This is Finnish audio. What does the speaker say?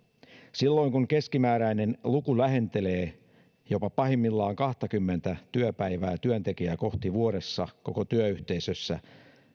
silloin kun keskimääräinen luku lähentelee jopa pahimmillaan kahtakymmentä työpäivää työtekijää kohti vuodessa koko työyhteisössä